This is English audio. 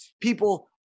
people